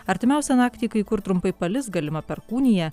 artimiausią naktį kai kur trumpai palis galima perkūnija